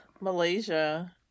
Malaysia